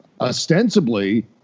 ostensibly